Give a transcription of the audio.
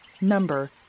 Number